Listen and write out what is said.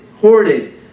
hoarded